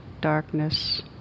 darkness